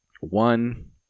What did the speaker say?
one